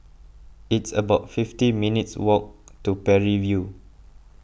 it's about fifty minutes' walk to Parry View